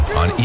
on